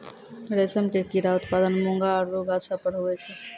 रेशम के कीड़ा उत्पादन मूंगा आरु गाछौ पर हुवै छै